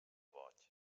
boig